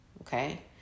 okay